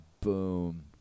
Boom